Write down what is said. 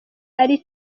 ari